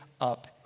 up